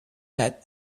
that